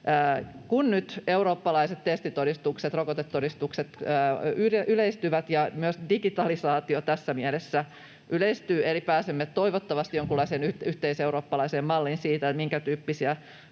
Kun nyt eurooppalaiset testitodistukset ja rokotetodistukset yleistyvät ja myös digitalisaatio tässä mielessä yleistyy eli pääsemme toivottavasti jonkunlaiseen yhteiseurooppalaiseen malliin siitä, minkätyyppisiä